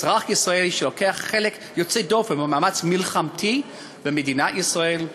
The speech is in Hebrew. אזרח ישראלי שלקח חלק יוצא דופן במאמץ מלחמתי במדינת ישראל,